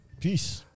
Peace